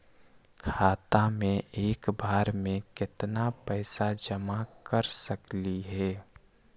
खाता मे एक बार मे केत्ना पैसा जमा कर सकली हे?